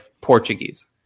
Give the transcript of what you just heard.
Portuguese